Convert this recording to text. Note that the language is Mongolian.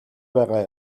байгаа